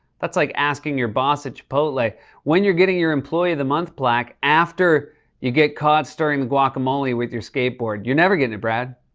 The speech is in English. that's like asking your boss at chipotle ah when you're getting your employee of the month plaque after you get caught stirring the guacamole with your skateboard. you're never getting it, brad.